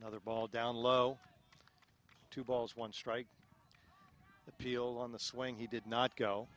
another ball down low two balls one strike the peel on the swing he did not go